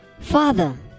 Father